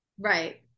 Right